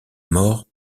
mort